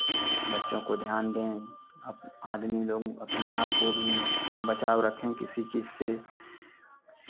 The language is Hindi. बच्चों को ध्यान दें आदमी लोग अपने आप को भी बचाव रखें किसी चीज़ से